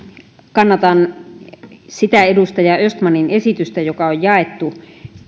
kannatan edustaja östmanin esitystä joka on jaettu